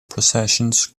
processions